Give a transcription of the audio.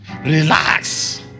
Relax